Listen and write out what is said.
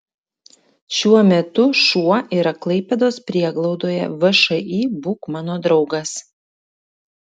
šiuo metu šuo yra klaipėdos prieglaudoje všį būk mano draugas